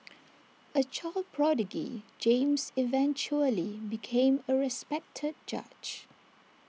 A child prodigy James eventually became A respected judge